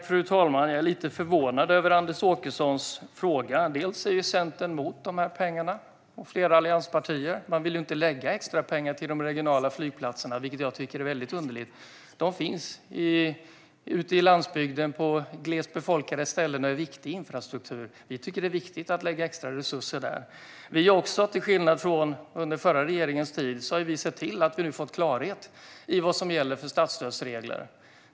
Fru talman! Jag är lite förvånad över Anders Åkessons fråga. Centern med flera allianspartier är ju emot dessa pengar. Man vill inte lägga extrapengar på de regionala flygplatserna, vilket jag tycker är väldigt underligt. De finns ute på landsbygden, på glest befolkade ställen, och är viktig infrastruktur. Vi tycker att det är viktigt att lägga extra resurser där. Vi har också, till skillnad från den förra regeringen, sett till att få klarhet i vad som gäller i fråga om statsstödsregler.